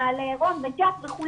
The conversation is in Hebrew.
במעלה עירון וכו'.